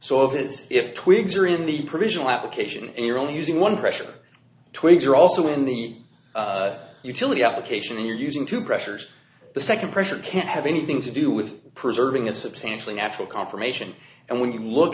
so if it is if twigs are in the provisional application and you're only using one pressure twigs or also in the utility application you're using two pressures the second pressure can't have anything to do with preserving a substantially natural confirmation and when you look